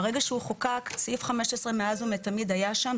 ברגע שהוא חוקק סעיף 15 מאז ומתמיד היה שם,